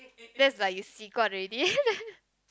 that's like you 习惯 already